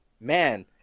man